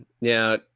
now